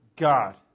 God